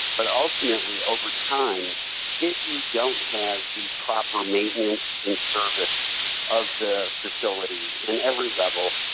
but ultimately over time if you don't have the proper maintenance and service of the facility in every level,